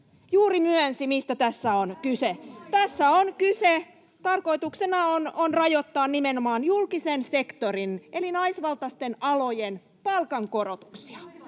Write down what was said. juuri myönsi, mistä tässä on kyse: tässä on tarkoituksena rajoittaa nimenomaan julkisen sektorin eli naisvaltaisten alojen palkankorotuksia.